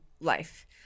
life